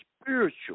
spiritual